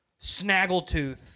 snaggletooth